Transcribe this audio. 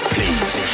Please